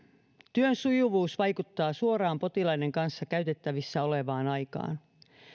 työn sujuvuus vaikuttaa suoraan potilaiden kanssa käytettävissä olevaan aikaan